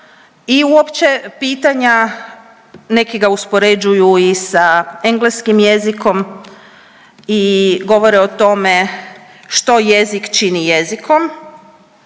i uopće pitanja neki ga uspoređuju i sa engleskim jezikom i govore o tome što jezik čini jezikom,